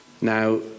Now